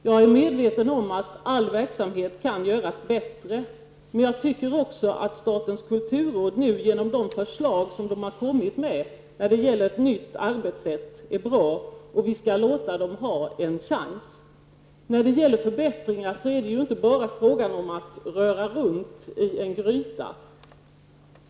Jag är medveten om att alla verksamheter kan göras bättre, men jag tycker också att de förslag som statens kulturråd har kommit med när det gäller ett nytt arbetssätt är bra. Vi skall låta rådet pröva sina nya arbetsformer. När det gäller förbättringar är det inte bara att röra om i en gryta.